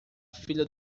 filha